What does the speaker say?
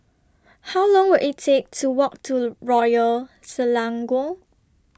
How Long Will IT Take to Walk to Royal Selangor